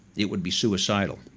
it would be suicidal,